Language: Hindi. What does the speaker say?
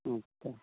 ठीक है